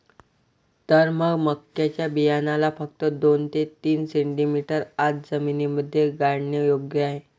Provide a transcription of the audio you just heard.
तर मग मक्याच्या बियाण्याला फक्त दोन ते तीन सेंटीमीटर आत जमिनीमध्ये गाडने योग्य आहे